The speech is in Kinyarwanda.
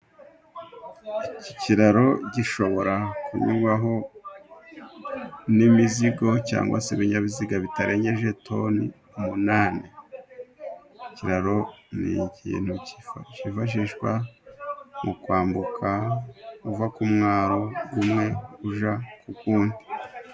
Iki kiraro gishobora kunyurwaho n'imizigo, cyangwa se ibinyabiziga bitarengeje toni umunani. Ikiraro ni ikintu kifashishwa mu kwambuka uva ku mwaro umwe ujya ku wundi.